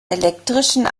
elektrischen